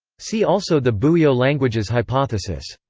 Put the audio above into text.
see also the buyeo languages hypothesis.